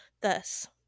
Thus